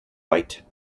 white